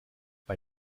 bei